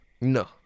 No